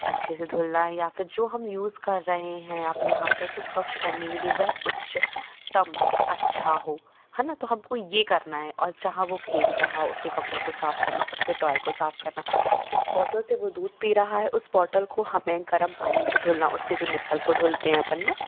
अच्छे से धुलना है या फिर जो हम यूज कर रहे हैं अपने हाथों को स्वच्छ करने के लिए वह उच्चतम अच्छा हो है न तो हमको ये करना है और जहाँ वो खेल रहा हो उसके कपड़ों को साफ करना उसके टॉय को साफ करना जिस बॉटल से वो दूध पी रहा है उस बॉटल को हमें गर्म पानी से धुलना उसके जो निप्पल को धुलते हैं अपन न